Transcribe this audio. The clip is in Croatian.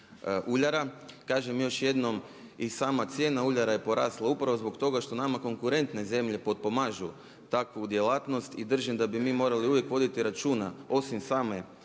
uljara. Kažem još jednom i sama cijena ulja je porasla upravo zbog toga što nama konkurentne zemlje potpomažu takvu djelatnost i držim da bi mi morali uvijek voditi računa osim same